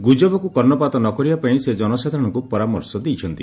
ଗୁଜବକୁ କର୍ଷପାତ ନ କରିବା ପାଇଁ ସେ ଜନସାଧାରଣଙ୍କୁ ପରାମର୍ଶ ଦେଇଛନ୍ତି